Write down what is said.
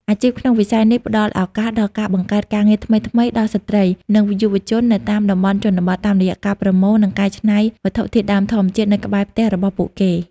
អាជីពក្នុងវិស័យនេះផ្ដល់ឱកាសដល់ការបង្កើតការងារថ្មីៗដល់ស្រ្តី និងយុវជននៅតាមតំបន់ជនបទ តាមរយៈការប្រមូល និងកែច្នៃវត្ថុធាតុដើមធម្មជាតិនៅក្បែរផ្ទះរបស់ពួកគេ។